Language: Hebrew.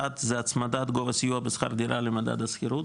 אחד זה הצמדת גובה הסיוע בשכר הדירה למדד השכירות,